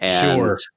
Sure